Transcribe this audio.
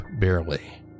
barely